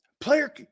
Player